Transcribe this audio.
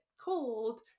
cold